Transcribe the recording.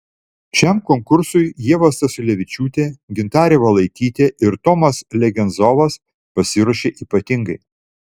šiam konkursui ieva stasiulevičiūtė gintarė valaitytė ir tomas legenzovas pasiruošė ypatingai